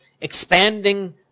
expanding